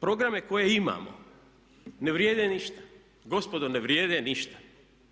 Programe koje imamo ne vrijede ništa, gospodo ne vrijede ništa.